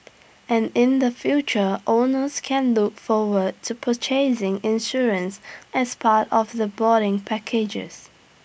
and in the future owners can look forward to purchasing insurance as part of the boarding packages